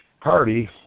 party